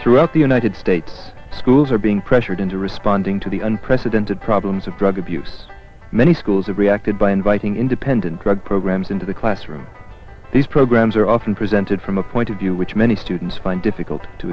throughout the united states schools are being pressured into responding to the unprecedented problems of drug abuse many schools have reacted by inviting independent drug programs into the classroom these programs are often presented from a point of view which many students find difficult to